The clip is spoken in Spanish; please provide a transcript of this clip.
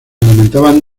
alimentaban